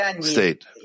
state